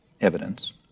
evidence